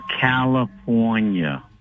California